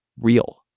real